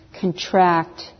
contract